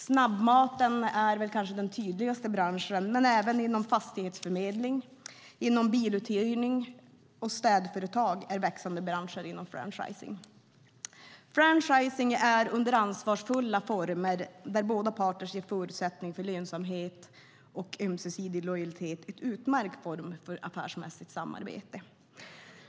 Snabbmaten är kanske den tydligaste branschen, men även fastighetsförmedling, biluthyrning och städföretag är växande branscher inom franchising. Franchising under ansvarsfulla former, där båda parter ges förutsättningar för lönsamhet och har en ömsesidig lojalitet, är en utmärkt form för affärsmässigt samarbete.